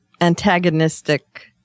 antagonistic